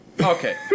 Okay